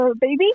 baby